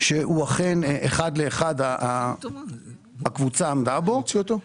שאכן אחד לאחד הקבוצה עמדה בו.